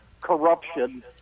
corruption